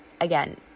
again